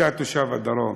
אתה תושב הדרום.